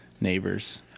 neighbors